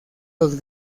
los